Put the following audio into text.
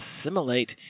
assimilate